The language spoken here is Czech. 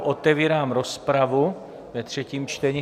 Otevírám rozpravu ve třetím čtení.